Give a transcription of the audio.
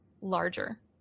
larger